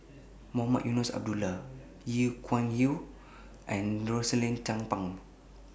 Mohamed Eunos Abdullah Lee Kuan Yew and Rosaline Chan Pang